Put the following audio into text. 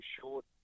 short